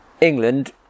england